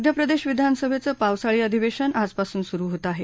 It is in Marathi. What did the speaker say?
मध्यप्रदेश विधानसभेचं पावसाळी अधिवेशन आजपासून सुरु होत आहे